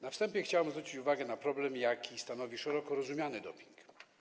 Na wstępie chciałbym zwrócić uwagę na problem, jaki stanowi szeroko rozumiany doping.